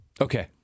Okay